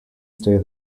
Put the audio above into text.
stay